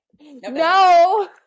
no